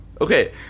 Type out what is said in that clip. Okay